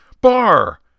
bar